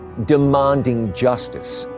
demanding justice.